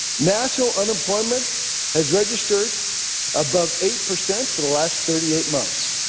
national unemployment has registered above eight percent for the last thirty eight months.